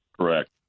Correct